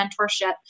mentorship